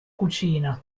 cucina